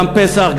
גם פסח,